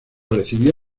recibió